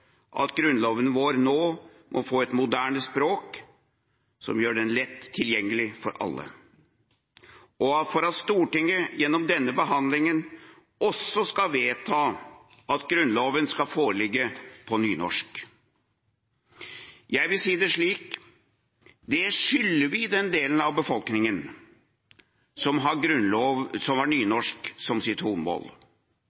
at Grunnloven vår nå må få et moderne språk, som gjør den lett tilgjengelig for alle, og for at Stortinget gjennom denne behandlingen også skal vedta at Grunnloven skal foreligge på nynorsk. Jeg vil si det slik: Det skylder vi den delen av befolkningen som har nynorsk som